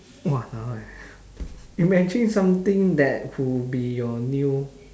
!walao! eh imagine something that would be your new